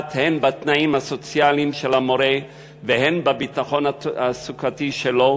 פוגעת הן בתנאים הסוציאליים של המורה והן בביטחון התעסוקתי שלו,